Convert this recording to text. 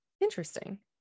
Interesting